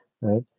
right